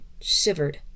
shivered